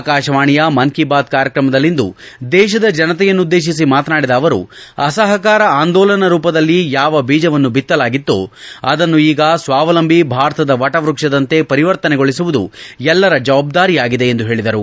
ಆಕಾಶವಾಣಿಯ ಮನ್ ಕಿ ಬಾತ್ ಕಾರ್ಯಕ್ರಮದಲ್ಲಿಂದು ದೇಶದ ಜನತೆಯನ್ನು ಉದ್ದೇಶಿಸಿ ಮಾತನಾಡಿದ ಅವರು ಅಸಹಕಾರ ಆಂದೋಲನ ರೂಪದಲ್ಲಿ ಯಾವ ಬೀಜವನ್ನು ಬಿತ್ತಲಾಗಿತ್ತೊ ಅದನ್ನು ಈಗ ಸ್ವಾವಲಂಬಿ ಭಾರತದ ವಟವ್ಯಕ್ಷದಂತೆ ಪರಿವರ್ತನೆಗೊಳಿಸುವುದು ಎಲ್ಲರ ಜವಾಬ್ದಾರಿಯಾಗಿದೆ ಎಂದು ಹೇಳಿದರು